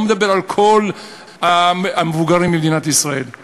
לא מדבר על כל המבוגרים במדינת ישראל,